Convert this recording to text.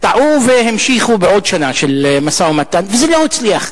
טעו והמשיכו בעוד שנה של משא-ומתן וזה לא הצליח,